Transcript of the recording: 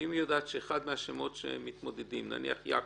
אם היא יודעת שאחד מהשמות שמתמודדים, נניח יעקב,